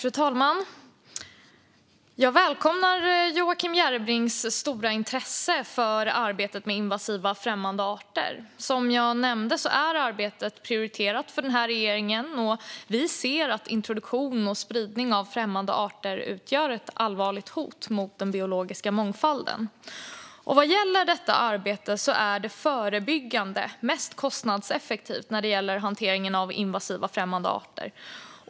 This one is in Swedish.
Fru talman! Jag välkomnar Joakim Järrebrings stora intresse för arbetet mot invasiva främmande arter. Som jag nämnde är detta arbete prioriterat för den här regeringen. Vi ser att introduktion och spridning av främmande arter utgör ett allvarligt hot mot den biologiska mångfalden. I arbetet med hantering av invasiva främmande arter är det förebyggande arbetet det mest kostnadseffektiva.